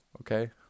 okay